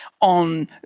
on